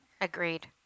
Agreed